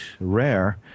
rare